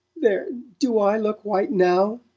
there do i look white now?